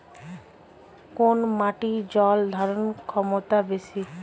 কোন মাটির জল ধারণ ক্ষমতা বেশি?